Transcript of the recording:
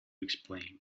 explain